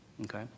Okay